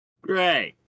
Great